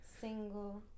single